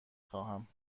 خواهم